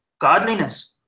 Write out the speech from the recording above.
godliness